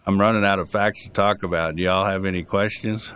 i'm running out of facts talk about ya'll have any questions